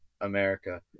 america